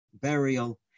burial